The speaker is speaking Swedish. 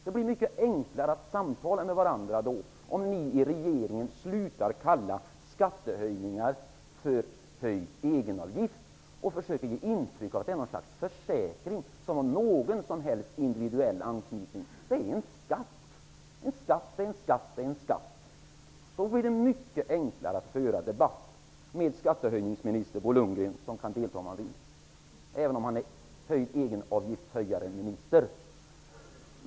Det blir mycket enklare för oss att samtala med varandra om ni i regeringspartierna slutar kalla skattehöjningar för höjd egenavgift, samtidigt som ni ger intryck av att det är ett slags försäkring med individuell anknytning. Men det är en skatt. En skatt är en skatt. Så blir det mycket enklare att föra debatt -- med exempelvis skatteminister Bo Lundgren, som kan delta om han vill, även om han är ''höjd-egenavgiftshöjareminister''.